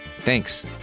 Thanks